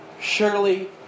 surely